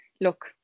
look